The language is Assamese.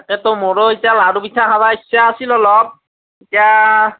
তাকেতো মোৰো এতিয়া লাড়ু পিঠা খাব ইচ্ছা আছিল অলপ এতিয়া